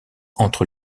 entre